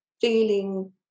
feeling